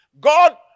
God